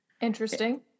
Interesting